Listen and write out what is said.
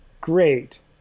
great